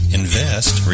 invest